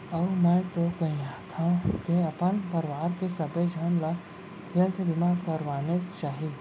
अउ मैं तो कहिथँव के अपन परवार के सबे झन ल हेल्थ बीमा करवानेच चाही